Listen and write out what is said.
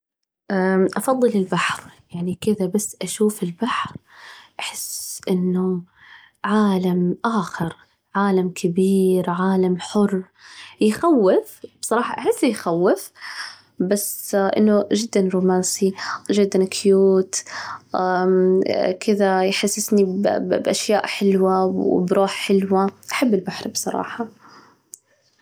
أفضل البحر، يعني كده بس أشوف البحر، أحس إنه عالم آخر، عالم كبير، عالم حر، يخوف بصراحة، أحسه يخوف بس إنه جداً رومانسي، جدا كيوت، مم كذا يحسسني بأشياء حلوة وبروح حلوة، أحب البحر بصراحة.